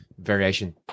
Variation